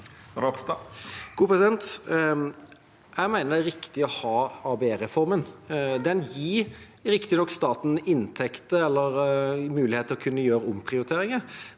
Ropstad (KrF) Jeg mener det er riktig å ha ABE-reformen. Den gir riktignok staten inntekter eller mulighet til å kunne gjøre omprioriteringer,